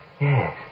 Yes